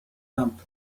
camp